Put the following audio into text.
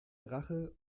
rache